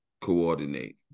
coordinate